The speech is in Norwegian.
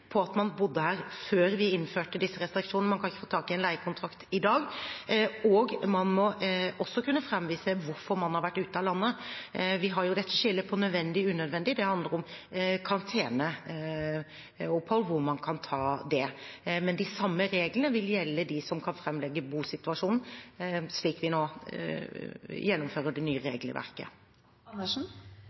på at man bodde her før vi innførte disse restriksjonene – man kan ikke få tak i en leiekontrakt i dag – og man må framvise hvorfor man har vært ute av landet. Vi har et skille mellom nødvendig og unødvendig, det handler om karanteneopphold og hvor man kan ta det. De samme reglene vil gjelde for dem som kan framlegge bosituasjonen, slik vi nå gjennomfører det nye